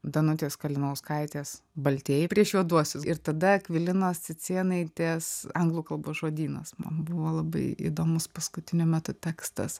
danutės kalinauskaitės baltieji prieš juoduosius ir tada akvilinos cicėnaitės anglų kalbos žodynas man buvo labai įdomus paskutiniu metu tekstas